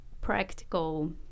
practical